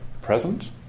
present